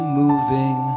moving